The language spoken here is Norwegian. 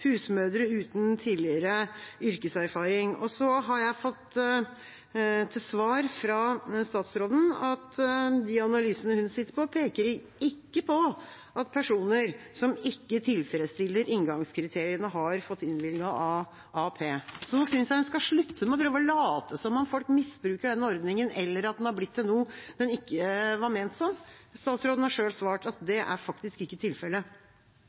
husmødre uten tidligere yrkeserfaring. Jeg har fått til svar fra statsråden at de analysene hun sitter på, ikke peker på at personer som ikke tilfredsstiller inngangskriteriene, har fått innvilget AAP. Så nå synes jeg en skal slutte med å late som om folk misbruker denne ordningen, eller at den er blitt til noe den ikke var ment som. Statsråden har selv svart at det faktisk ikke er tilfellet.